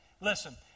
Listen